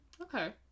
okay